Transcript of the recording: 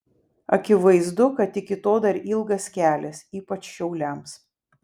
akivaizdu kad iki to dar ilgas kelias ypač šiauliams